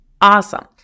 Awesome